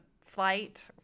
flight